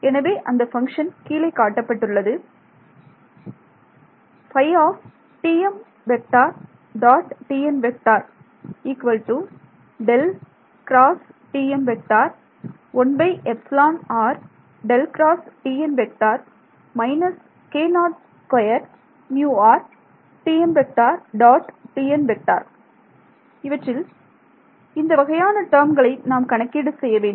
எனவே அந்த பங்க்ஷன் கீழே காட்டப்பட்டுள்ளது இவற்றில் இந்த வகையான டேர்ம்களை நாம் கணக்கீடு செய்ய வேண்டும்